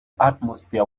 atmosphere